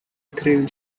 thrill